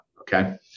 okay